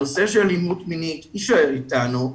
הנושא של אלימות מינית יישאר אתנו.